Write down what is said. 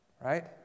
Right